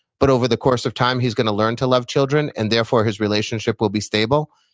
but over the course of time he's going to learn to love children and therefore his relationship will be stable?